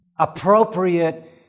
Appropriate